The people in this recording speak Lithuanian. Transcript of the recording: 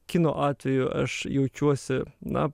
kino atveju aš jaučiuosi na